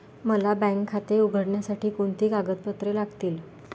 मला बँक खाते उघडण्यासाठी कोणती कागदपत्रे लागतील?